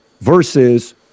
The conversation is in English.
versus